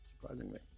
surprisingly